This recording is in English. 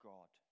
God